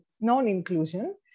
non-inclusion